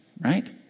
right